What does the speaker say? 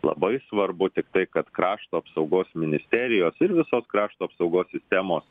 labai svarbu tiktai kad krašto apsaugos ministerijos ir visos krašto apsaugos sistemos